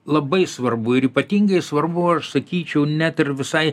labai svarbu ir ypatingai svarbu aš sakyčiau net ir visai